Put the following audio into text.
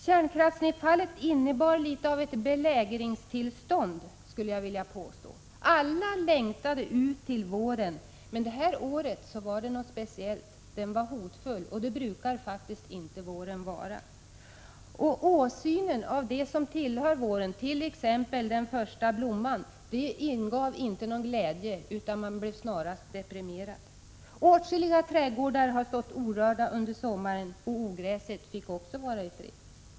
Det radioaktiva nedfallet innebar något av ett belägringstillstånd, skulle jag vilja påstå. Alla längtade ut till våren, men det här året var det någonting speciellt: våren var hotfull, och det brukar den faktiskt inte vara. Åsynen av det som tillhör våren, t.ex. den första blomman, ingav ingen glädje, utan man blev snarast deprimerad. Åtskilliga trädgårdar har stått orörda under sommaren. Ogräset fick också vara i fred.